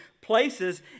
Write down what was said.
places